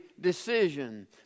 decision